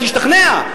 והיא תשתכנע.